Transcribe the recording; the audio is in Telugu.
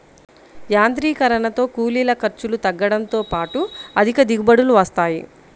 యాంత్రీకరణతో కూలీల ఖర్చులు తగ్గడంతో పాటు అధిక దిగుబడులు వస్తాయి